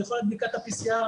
יכולת בדיקת ה-PCR,